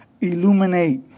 Illuminate